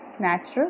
Natural